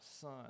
son